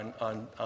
on